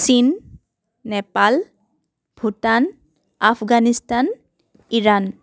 চীন নেপাল ভূটান আফগানিস্তান ইৰাণ